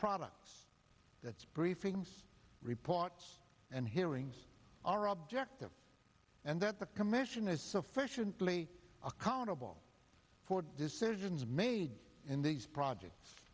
product that's briefings reports and hearings are objective and that the commission is sufficiently accountable for decisions made in these projects